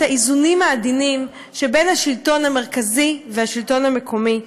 את האיזונים העדינים שבין השלטון המרכזי לשלטון המקומי,